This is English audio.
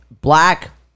black